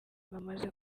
bamaze